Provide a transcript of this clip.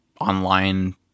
Online